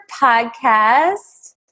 Podcast